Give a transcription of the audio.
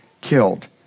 killed